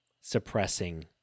suppressing